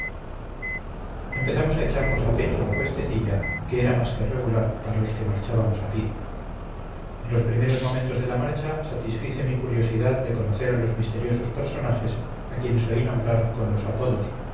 empezamos a echarnos a pecho la cuestecilla que era más que regular para los que marchábamos a pie en los primeros momentos de la marcha satisfice mi curiosidad de conocer a los misteriosos personajes a quienes oí nombrar con los apodos